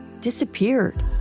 disappeared